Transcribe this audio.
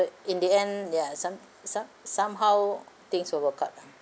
in the end ya some~ some~ somehow things will work out lah